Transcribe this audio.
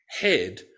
head